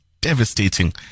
devastating